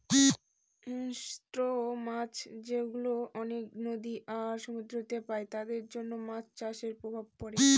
হিংস্র মাছ যেগুলা অনেক নদী আর সমুদ্রেতে পাই তাদের জন্য মাছ চাষের প্রভাব পড়ে